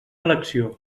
elecció